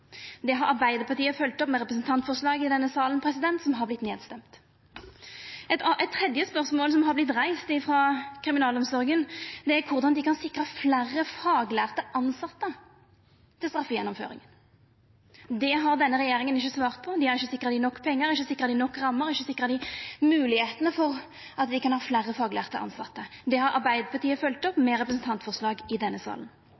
Det har Arbeidarpartiet følgt opp med representantforslag i denne salen, som har vorte nedstemt. Eit tredje spørsmål som har vorte reist frå kriminalomsorga, er korleis dei kan sikra fleire faglærte tilsette til straffegjennomføring. Det har denne regjeringa ikkje svart på, dei har ikkje sikra dei nok pengar, ikkje sikra dei nok rammar og ikkje sikra dei moglegheitene for at dei kan ha fleire faglærte tilsette. Det har Arbeidarpartiet følgt opp med representantforslag i denne salen.